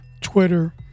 Twitter